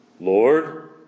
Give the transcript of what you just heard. Lord